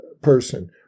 person